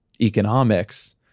economics